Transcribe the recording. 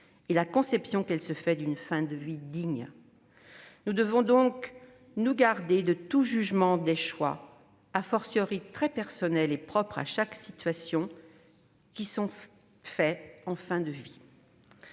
et la conception qu'elle se fait d'une fin de vie digne. Nous devons donc nous garder de juger les choix, très personnels et propres à chaque situation, qui sont faits en fin de vie.